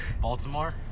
Baltimore